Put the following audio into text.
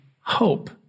hope